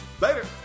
Later